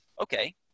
Okay